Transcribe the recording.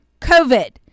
COVID